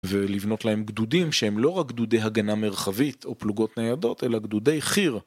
ולבנות להם גדודים שהם לא רק גדודי הגנה מרחבית או פלוגות ניידות, אלא גדודי חי"ר.